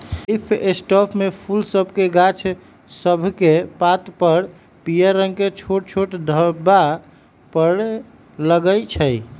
leaf spot में फूल सभके गाछ सभकेक पात सभ पर पियर रंग के छोट छोट ढाब्बा परै लगइ छै